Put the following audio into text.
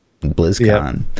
BlizzCon